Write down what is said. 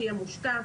שיהיה מושקע,